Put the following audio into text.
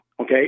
Okay